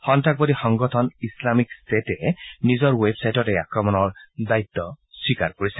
সন্তাসবাদী সংগঠন ইছলামীক ষ্টেটে নিজৰ ৱেব ছাইটত এই আক্ৰমণৰ দায়িত্ব স্বীকাৰ কৰিছিল